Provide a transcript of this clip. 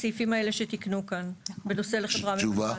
הסעיפים האלה שתיקנו כאן בנושא לחברה מבצעת?